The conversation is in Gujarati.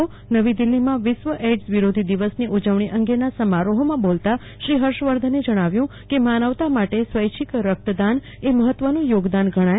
આજે નવી દિલ્હીમાં વિશ્વ એઇડસ વિરોધી દિવસની ઉજવણી અંગેના સમારોહમાં બોલતાં શ્રી હર્ષવર્ધને જણાવ્યું કે માનવતા માટે સ્વૈચ્છિક રકતદાન એ મહત્વનું થોગદાન ગણાય